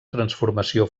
transformació